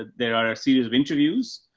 there are a series of interviews,